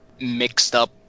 mixed-up